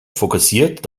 fokussiert